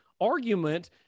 argument